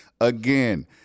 Again